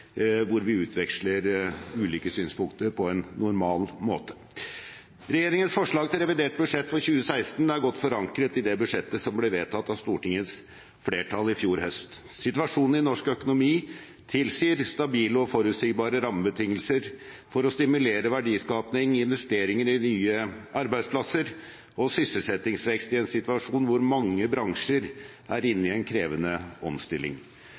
hvor vi utveksler ulike synspunkter på en normal måte. Regjeringens forslag til revidert budsjett for 2016 er godt forankret i det budsjettet som ble vedtatt av Stortingets flertall i fjor høst. Situasjonen i norsk økonomi tilsier stabile og forutsigbare rammebetingelser for å stimulere til verdiskaping, investeringer i nye arbeidsplasser og sysselsettingsvekst i en situasjon hvor mange bransjer er inne i en krevende omstilling.